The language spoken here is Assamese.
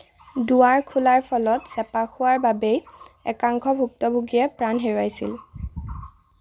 দুৱাৰ খোলাৰ ফলত চেপা খোৱাৰ বাবেই একাংশ ভুক্তভোগীয়ে প্ৰাণ হেৰুৱাইছিল